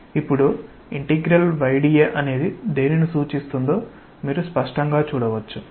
ఇప్పుడుy dAఅనేది దేనిని సూచిస్తుందో మీరు స్పష్టంగా చూడవచ్చు